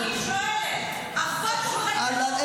לא, אני